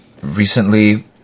recently